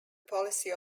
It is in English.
policy